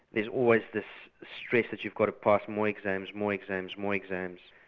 there's always this stress that you've got to pass more exams, more exams, more exams.